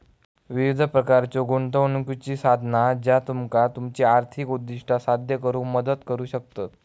विविध प्रकारच्यो गुंतवणुकीची साधना ज्या तुमका तुमची आर्थिक उद्दिष्टा साध्य करुक मदत करू शकतत